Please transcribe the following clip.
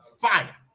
Fire